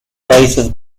países